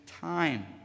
time